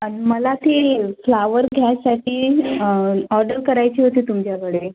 अन् मला ती फ्लावर घ्यायसाठी ऑर्डर करायची होती तुमच्याकडे